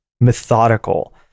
methodical